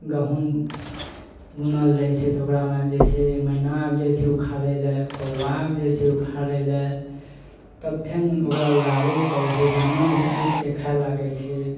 गहूॅंम बुनल रहै छै तऽ ओकरामे आबि जाइ छै मैना आबि जाइ छै उखाड़ै लए कौआ आबि जाइ छै उखाड़ै लऽ तब फेर ओकरा उड़ाबै लए पड़ै छै दाना बीछ बीछके खाय लागै छै